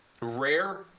rare